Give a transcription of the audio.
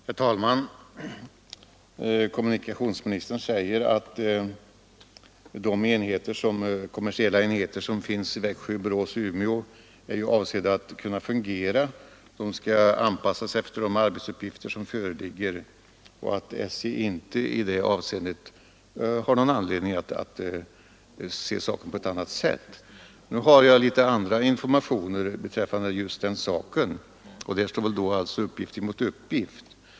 Herr talman! Kommunikationsministern säger att de kommersiella enheter som finns i Växjö, Borås och Umeå är avsedda att kunna fungera. De skall anpassas efter de arbetsuppgifter som föreligger. SJ har i det avseendet ingen anledning att se saken på annat sätt. Men jag har litet andra informationer i det fallet, och där står sålunda uppgift mot uppgift.